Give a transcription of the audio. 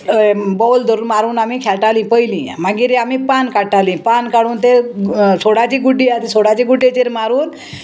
ball धरून मारून आमी खेळटालीं पयलीं मागीर आमी पान काडटालीं पान काडून तें सोडाची गुड्डी आसा सोडाची गुड्डेचेर मारून